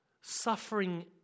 suffering